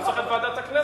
לא צריך את ועדת הכנסת.